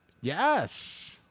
Yes